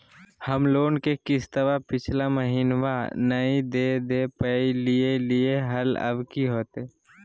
हम लोन के किस्तवा पिछला महिनवा नई दे दे पई लिए लिए हल, अब की होतई?